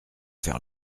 faire